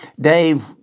Dave